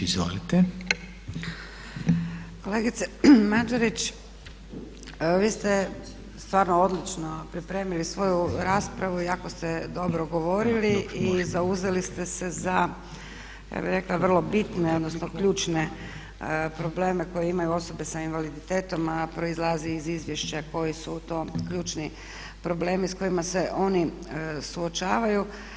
Kolegice Mađerić vi ste stvarno odlično pripremili svoju raspravu, jako ste dobro govorili i zauzeli ste se za ja bih rekla vrlo bitne odnosno ključne probleme koje imaju osobe sa invaliditetom a proizlazi iz izvješća kojem su to ključni problemi s kojima se oni suočavaju.